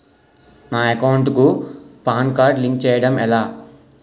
నా అకౌంట్ కు PAN card link చేయడం ఎలా?